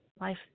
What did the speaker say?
life